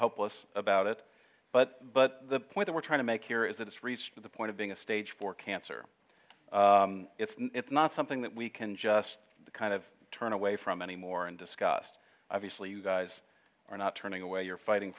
hopeless about it but but the point they were trying to make here is that it's reached the point of being a stage four cancer it's not something that we can just kind of turn away from anymore and discussed obviously you guys are not turning away you're fighting